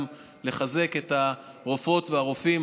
לחזק את הרופאות והרופאים,